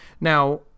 Now